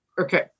Okay